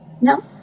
No